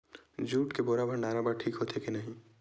Jute के बोरा भंडारण बर ठीक होथे के नहीं?